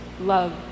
love